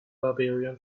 barbarian